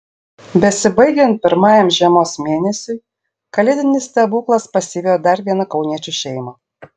besibaigiant pirmajam žiemos mėnesiui kalėdinis stebuklas pasivijo dar vieną kauniečių šeimą